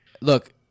Look